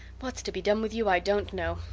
what's to be done with you i don't know.